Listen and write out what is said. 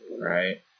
Right